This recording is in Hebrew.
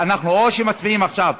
או שמצביעים עכשיו,